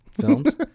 films